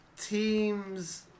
team's